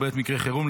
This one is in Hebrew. ובעת מקרה חירום,